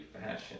fashion